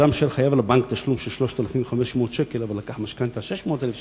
אדם שחייב לבנק תשלום של 3,500 ש"ח אבל לקח משכנתה של 600,000 ש"ח,